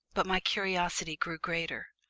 but my curiosity grew greater.